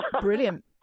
Brilliant